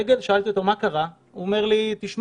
שאלתי אותו מה קרה לו והוא אמר לי שהוא